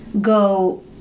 go